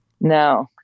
no